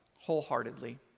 wholeheartedly